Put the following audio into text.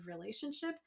Relationship